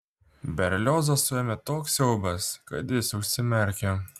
berliozą suėmė toks siaubas kad jis užsimerkė